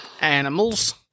Animals